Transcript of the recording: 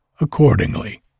Accordingly